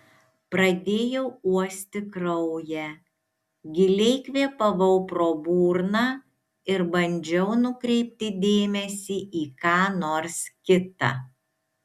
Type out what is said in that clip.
pradėjau uosti kraują giliai kvėpavau pro burną ir bandžiau nukreipti dėmesį į ką nors kita